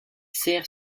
sert